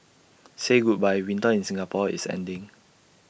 say goodbye winter in Singapore is ending